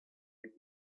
with